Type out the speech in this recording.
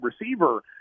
receiver